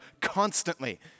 constantly